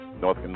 North